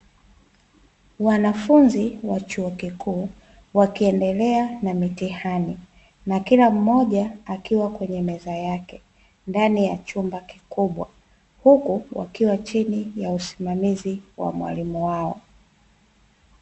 Wanafunzi wa chuo kikuu wakiendelea na mitihani, na kila mmoja akiwa kwenye meza yake ndani ya chumba kikubwa, huku wakiwa chini ya usimamizi wa mwalimu wao.